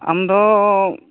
ᱟᱢᱫᱚ